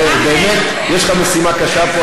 באמת יש לך משימה קשה פה,